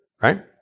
right